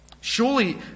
Surely